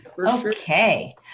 Okay